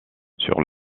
sur